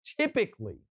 typically